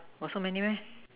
!huh! got so many meh